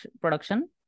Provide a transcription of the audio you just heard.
production